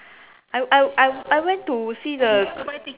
I I I I went to see the